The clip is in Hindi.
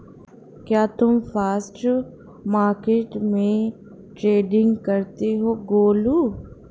क्या तुम स्पॉट मार्केट में ट्रेडिंग करते हो गोलू?